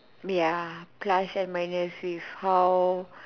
ya plus and minus with how